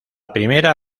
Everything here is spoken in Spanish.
primera